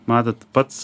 matot pats